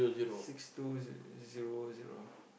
six two ze~ zero zero